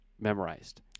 memorized